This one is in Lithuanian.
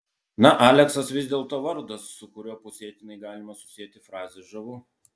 na aleksas vis dėlto vardas su kuriuo pusėtinai galima susieti frazę žavu